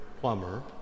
plumber